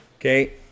Okay